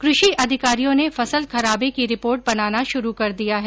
कृषि अधिकारियों ने फसल खराबे की रिपोर्ट बनाना शुरू कर दिया है